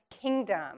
kingdom